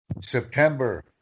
September